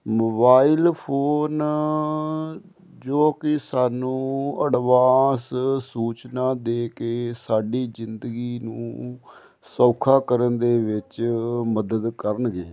mobile phone ਜੋ ਕਿ ਸਾਨੂੰ ਅਡਵਾਂਸ ਸੂਚਨਾ ਦੇ ਕੇ ਸਾਡੀ ਜ਼ਿੰਦਗੀ ਨੂੰ ਸੌਖਾ ਕਰਨ ਦੇ ਵਿੱਚ ਮਦਦ ਕਰਨਗੇ